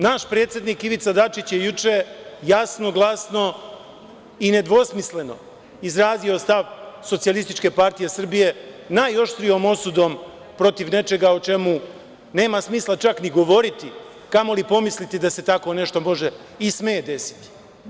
Naš predsednik Ivica Dačić je juče jasno, glasno i nedvosmisleno izrazio stav SPS najoštrijom osudom protiv nečega o čemu nema smisla čak ni govoriti, a kamoli pomisliti da se tako nešto može i sme desiti.